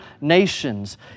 nations